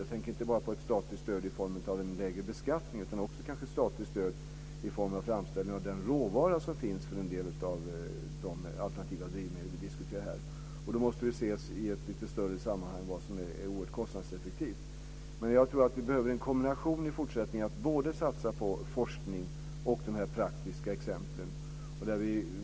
Jag tänker inte bara på statligt stöd i form av en lägre beskattning utan kanske också i form av framställning av råvara för de alternativa drivmedel som vi diskuterar här. Frågan vad som är mest kostnadseffektivt måste då ses i ett lite större sammanhang. Jag tror att vi i fortsättningen behöver en kombination av satsning på forskning och av praktiska exempel.